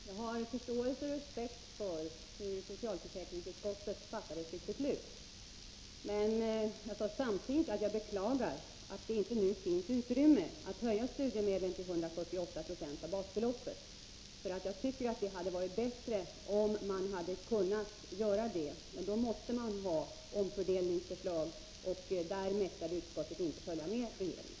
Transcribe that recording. Herr talman! Jag har förståelse och respekt för hur socialförsäkringsutskottet fattade sitt beslut. Men jag har samtidigt sagt att jag beklagar att det inte nu finns utrymme att höja studiemedlen till 148 96 av basbeloppet. Jag tycker att det hade varit bättre om man hade kunnat göra det, men då måste man ha omfördelningsförslag, och där mäktade utskottet inte följa med regeringen.